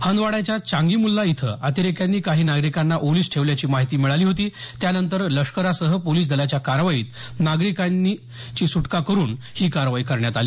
हंदवाड्याच्या चांगीमुल्ला इथं अतिरेक्यांनी काही नागरिकांना ओलीस ठेवल्याची माहिती मिळाली होती त्यानंतर लष्करासह पोलीस दलाच्या कारवाईत नागरिकांची सुटका करण्यात आली